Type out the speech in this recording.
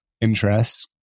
interests